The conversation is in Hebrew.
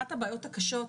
אחת הבעיות הקשות,